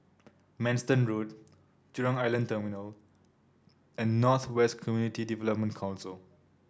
Manston Road Jurong Island Terminal and North West Community Development Council